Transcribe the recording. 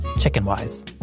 chicken-wise